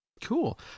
Cool